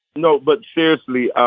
know but seriously